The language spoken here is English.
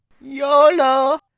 YOLO